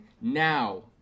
now